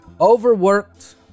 Overworked